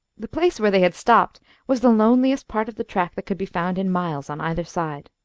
the place where they had stopped was the loneliest part of the track that could be found in miles, on either side.